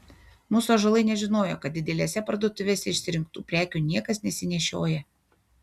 mūsų ąžuolai nežinojo kad didelėse parduotuvėse išsirinktų prekių niekas nesinešioja